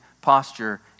posture